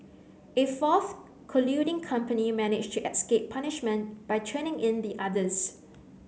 a fourth colluding company managed to escape punishment by turning in the others